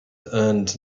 earned